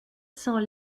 sans